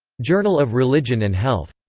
journal of religion and health.